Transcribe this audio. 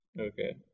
okay